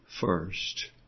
First